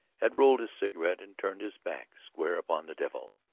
had rolled his cigarette and turned his back square upon the devil.